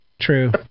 true